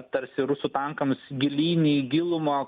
tarsi rusų tankams gilyn į gilumą